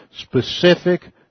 specific